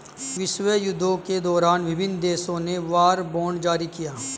विश्वयुद्धों के दौरान विभिन्न देशों ने वॉर बॉन्ड जारी किया